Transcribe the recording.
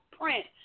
print